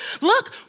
look